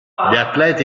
atleti